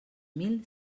mil